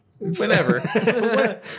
Whenever